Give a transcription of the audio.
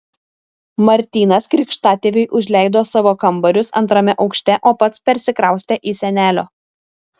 martynas krikštatėviui užleido savo kambarius antrame aukšte o pats persikraustė į senelio